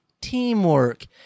teamwork